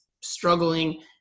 struggling